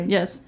Yes